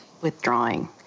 withdrawing